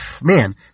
Man